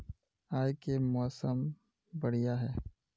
आय के मौसम बढ़िया है?